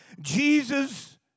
Jesus